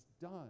done